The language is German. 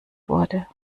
wurde